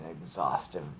exhaustive